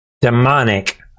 demonic